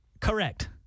Correct